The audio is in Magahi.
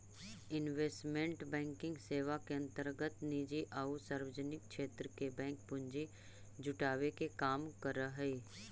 इन्वेस्टमेंट बैंकिंग सेवा के अंतर्गत निजी आउ सार्वजनिक क्षेत्र के बैंक पूंजी जुटावे के काम करऽ हइ